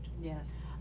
Yes